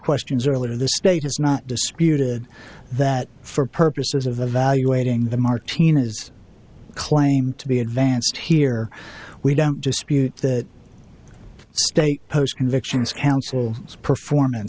questions earlier this state has not disputed that for purposes of evaluating the martina's claim to be advanced here we don't dispute that state post convictions counsel performance